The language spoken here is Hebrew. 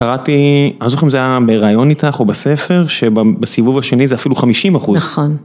קראתי, אני לא זוכר אם זה היה בראיון איתך או בספר, שבסיבוב השני זה אפילו חמישים אחוז. נכון.